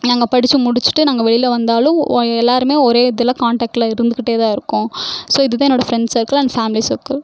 நாங்கள் படிச்சு முடித்திட்டு நாங்கள் வெளியில் வந்தாலும் ஓ எல்லாரும் ஒரே இதில் கான்டக்டில் இருந்துகிட்டே தான் இருக்கோம் ஸோ இது தான் என்னோடய friends circle and family circle